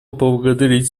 поблагодарить